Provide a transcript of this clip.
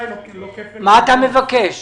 מה אתה מבקש?